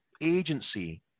agency